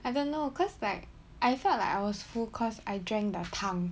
I don't know cause like I felt like I was full cause I drank the 汤